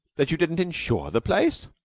that you didn't insure the place?